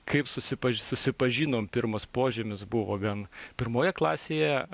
kaip susipaži susipažinom pirmas požymis buvo gan pirmoje klasėje